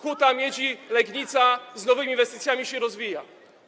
Huta Miedzi Legnica z nowymi inwestycjami się rozwija.